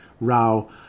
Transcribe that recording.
Rao